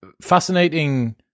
fascinating